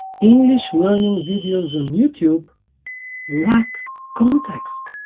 english learning videos on youtube lack context